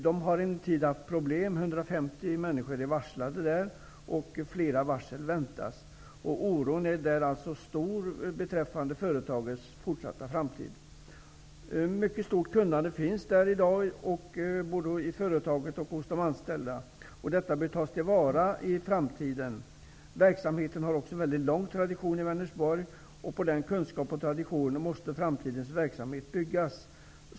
De har en tid haft problem. 150 människor är varslade, och flera varsel väntas. Oron är stor beträffande företagets fortsatta framtid. Ett mycket stort kunnande finns där i dag, både i företaget och hos de anställda. Detta bör tas till vara i framtiden. Verksamheten har också en mycket lång tradition i Vänersborg, och på den kunskapen och traditionen måste framtidens verksamhet byggas.